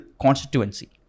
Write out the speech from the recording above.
constituency